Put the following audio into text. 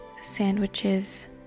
sandwiches